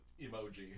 emoji